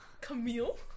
Camille